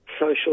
social